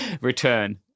Return